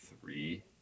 three